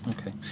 Okay